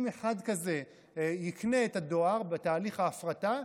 אם אחד כזה יקנה את הדואר בתהליך ההפרטה,